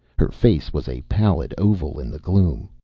her face was a pallid oval in the gloom.